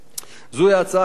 זוהי הצעה חשובה,